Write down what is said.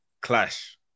clash